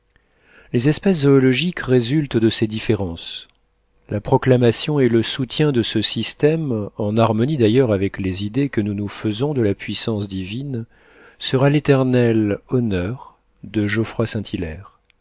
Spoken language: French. les espèces zoologiques résultent de ces différences la proclamation et le soutien de ce système en harmonie d'ailleurs avec les idées que nous nous faisons de la puissance divine sera l'éternel honneur de